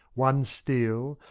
one steel,